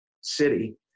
city